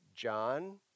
John